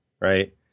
Right